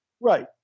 Right